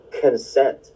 consent